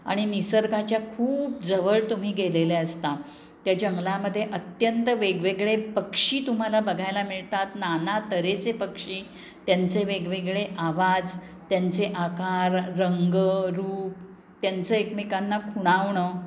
आणि निसर्गाच्या खूप जवळ तुम्ही गेलेले असता त्या जंगलामध्ये अत्यंत वेगवेगळे पक्षी तुम्हाला बघायला मिळतात नाना तऱ्हेचे पक्षी त्यांचे वेगवेगळे आवाज त्यांचे आकार रंग रूप त्यांचं एकमेकांना खुणावणं